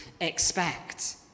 expect